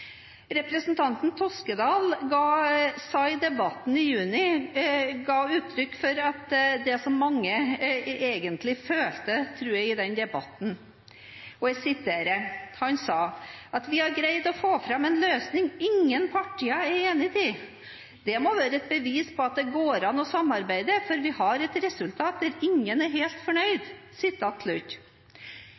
Representanten Geir Sigbjørn Toskedal ga i debatten i juni uttrykk for det jeg tror mange egentlig følte i den debatten. Han sa: «At vi har greid å få fram en løsning som ingen partier er enige i, må være et bevis på at det går an å samarbeide, for vi har et felles resultat der ingen er helt fornøyd.»